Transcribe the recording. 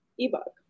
ebook